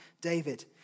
David